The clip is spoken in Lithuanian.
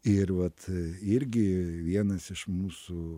ir vat irgi vienas iš mūsų